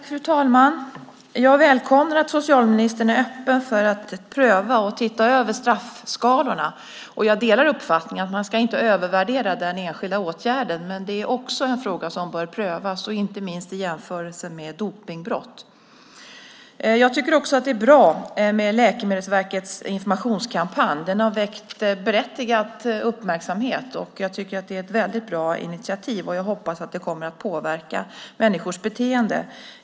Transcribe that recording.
Fru talman! Jag välkomnar att socialministern är öppen för att pröva och titta över straffskalorna. Jag delar uppfattningen att man inte ska övervärdera den enskilda åtgärden, men detta är också en fråga som bör prövas, inte minst i jämförelse med dopningsbrott. Jag tycker också att Läkemedelsverkets informationskampanj är bra. Den har väckt berättigad uppmärksamhet. Jag tycker att det är ett bra initiativ, och jag hoppas att det kommer att påverka människors beteende.